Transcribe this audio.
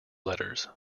letters